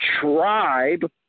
tribe